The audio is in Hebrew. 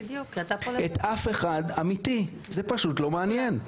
את אף אחד אמיתי זה פשוט לא מעניין.